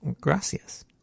Gracias